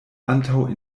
antaŭ